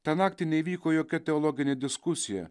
tą naktį neįvyko jokia teologinė diskusija